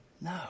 No